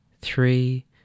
three